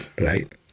right